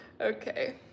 Okay